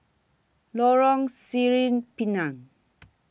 Lorong Sireh Pinang